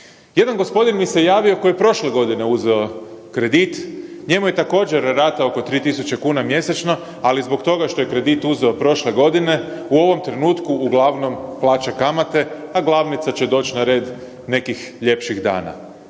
Jedan gospodin mi se javio koji je prošle godine uzeo kredit, njemu je također rata oko 3.000 kuna mjesečno, ali zbog toga što je kredit uzeo prošle godine u ovom trenutku uglavnom plaća kamate, a glavnica će doći na red nekih ljepših dana.